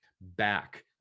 back